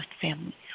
family